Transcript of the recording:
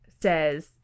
says